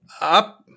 up